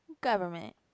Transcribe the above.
government